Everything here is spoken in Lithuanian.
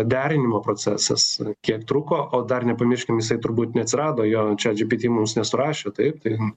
derinimo procesas kiek truko o dar nepamirškim jisai turbūt neatsirado jo chatgpt mums nesurašė taip tai